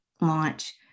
launch